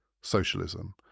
socialism